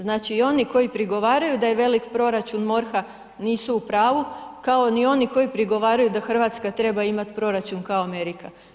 Znači i oni koji prigovaraju da je velik proračun MORH-a nisu u pravu, kao ni oni koji prigovaraju da Hrvatska treba ima proračun kao Amerika.